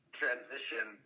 transition